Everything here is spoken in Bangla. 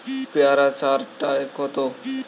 পেয়ারা চার টায় কত?